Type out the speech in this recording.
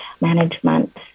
management